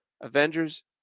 avengers